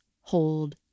hold